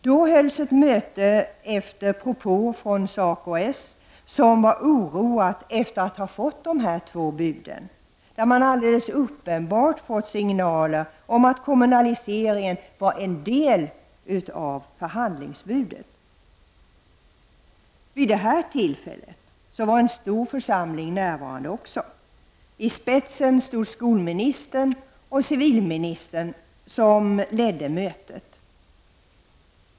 Då hölls ett möte, efter en propå från SACO-S som var oroat efter att ha fått de här två buden, som alldeles uppenbart var en signal om att kommunaliseringen var en del av förhandlingsbudet. Vid det här tillfället var också en stor församling närvarande. I spetsen stod skolministern och civilministern, som ledde mötet.